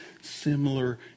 similar